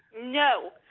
no